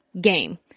game